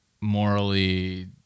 morally